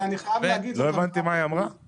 --- לא הבנתי מה היא אמרה.